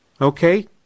okay